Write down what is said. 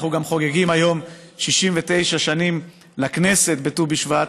אנחנו גם חוגגים היום 69 שנים לכנסת בט"ו בשבט,